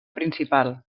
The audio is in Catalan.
principal